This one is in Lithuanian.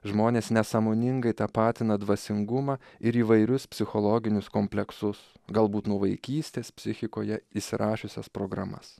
žmonės nesąmoningai tapatina dvasingumą ir įvairius psichologinius kompleksus galbūt nuo vaikystės psichikoje įsirašiusias programas